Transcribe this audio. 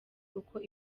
uko